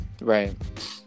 Right